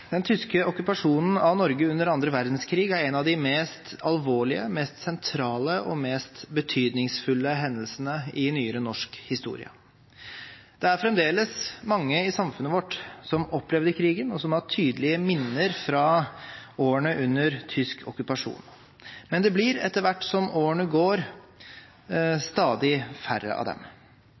Den tyske okkupasjonen av Norge under annen verdenskrig er en av de mest alvorlige, mest sentrale og mest betydningsfulle hendelsene i nyere norsk historie. Det er fremdeles mange i samfunnet vårt som opplevde krigen, og som har tydelige minner fra årene under tysk okkupasjon. Men det blir, etter hvert som årene går, stadig færre av dem.